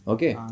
Okay